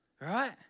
right